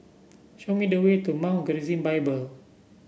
show me the way to Mount Gerizim Bible